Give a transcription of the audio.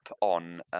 on